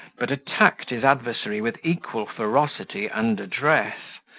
but attacked his adversary with equal ferocity and address.